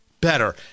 better